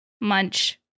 munch